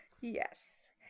Yes